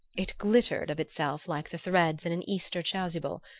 it glittered of itself like the threads in an easter chasuble,